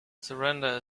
surrender